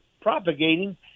propagating